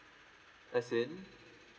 let's say and